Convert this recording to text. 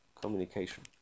communication